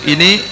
Ini